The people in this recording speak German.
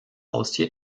haustier